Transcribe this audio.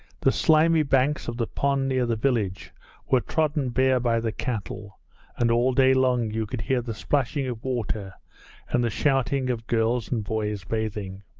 the slimy banks of the pond near the village were trodden bare by the cattle and all day long you could hear the splashing of water and the shouting of girls and boys bathing.